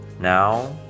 Now